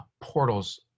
portals